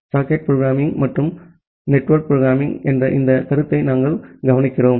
socket programming மற்றும் network programming என்ற இந்த கருத்தை நாங்கள் கவனிக்கிறோம்